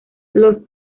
los